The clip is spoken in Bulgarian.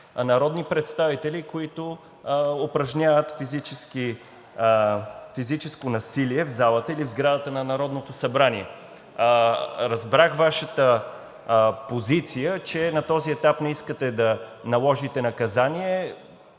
народни представители, които упражняват физическо насилие в залата или в сградата на Народното събрание. Разбрах Вашата позиция, че на този етап не искате да наложите наказание.